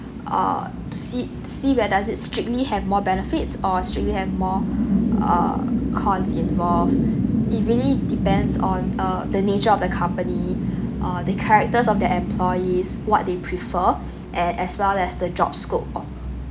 uh to see see whe~ does it strictly have more benefits or strictly have more uh cons involved it really depends on uh the nature of the company uh the characters of the employees what they prefer and as well as the job scope of